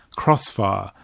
crossfire,